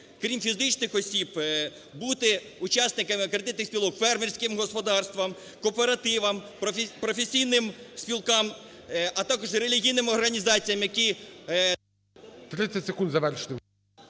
крім фізичних осіб бути учасниками кредитних спілок фермерським господарствам, кооперативам, професійним спілкам, а також релігійним організаціям, які… ГОЛОВУЮЧИЙ. 30 секунд, завершуйте.